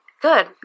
Good